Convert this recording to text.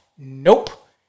Nope